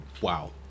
Wow